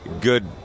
good